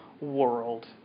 world